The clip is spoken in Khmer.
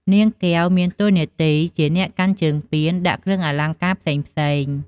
នាងកែវ មានទួនាទីជាអ្នកកាន់ជើងពានដាក់គ្រឿងអលង្កាផ្សេងៗ។